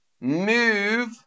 move